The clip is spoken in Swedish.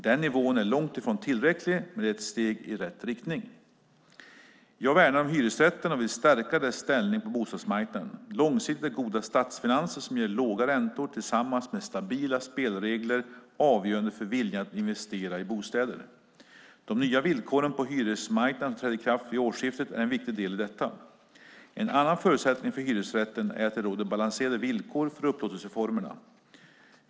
Den nivån är långt ifrån tillräcklig, men det är ett steg i rätt riktning. Jag värnar om hyresrätten och vill stärka dess ställning på bostadsmarknaden. Långsiktigt är goda statsfinanser som ger låga räntor tillsammans med stabila spelregler avgörande för viljan att investera i bostäder. De nya villkoren på hyresmarknaden som trädde i kraft vid årsskiftet är en viktig del i detta. En annan förutsättning för hyresrätten är att det råder balanserade villkor för upplåtelseformerna.